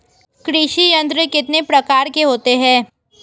कृषि यंत्र कितने प्रकार के होते हैं?